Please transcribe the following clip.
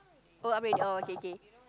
oh upgrade oh okay okay